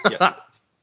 Yes